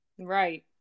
Right